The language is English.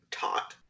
taught